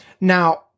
Now